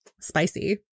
spicy